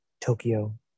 Tokyo